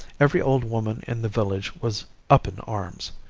every old woman in the village was up in arms.